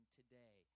today